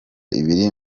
ibiri